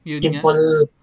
simple